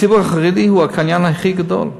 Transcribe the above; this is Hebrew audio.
הציבור החרדי הוא הקניין הכי גדול.